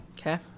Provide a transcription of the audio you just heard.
okay